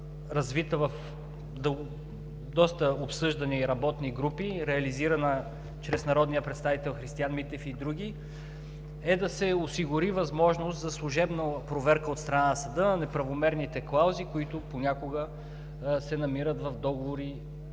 развита в доста обсъждания и работни групи, реализирана чрез народния представител Христиан Митев и други – да се осигури възможност за служебна проверка от страна на съда на неправомерните клаузи, които понякога се намират в договори